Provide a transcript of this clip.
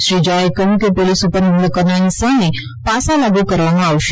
શ્રી જહાએ કહ્યું કે પોલીસ ઉપર હ્મલો કરનારની સામે પાસા લાગુ કરવામાં આવશે